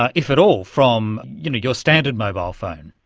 ah if at all, from your standard mobile phone?